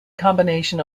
combination